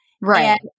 Right